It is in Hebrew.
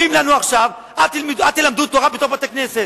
פה אומרים לנו עכשיו: אל תלמדו תורה בתוך בתי-כנסת.